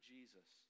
Jesus